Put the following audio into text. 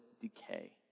decay